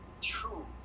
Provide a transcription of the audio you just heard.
true